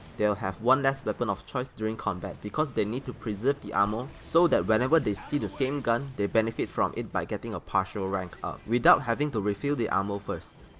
they'll have one less weapon of choice during combat because they need to preserve the ammo so that whenever they see the same gun, they benefit from it by getting a partial rank up without having to refill the ammo first.